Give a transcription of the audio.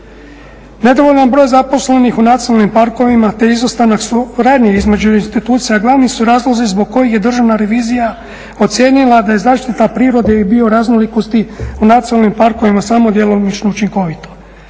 Nedovoljan broj zaposlenih u nacionalnim parkovima te izostanak … između institucija, glavni su razlozi zbog kojih je državna revizija ocijenila da je zaštita prirode i bioraznolikosti u nacionalnim parkovima samo djelomično učinkovita.